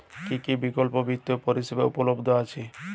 কী কী বিকল্প বিত্তীয় পরিষেবা উপলব্ধ আছে?